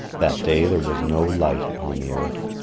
that day there was no light upon the earth.